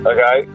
Okay